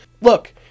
Look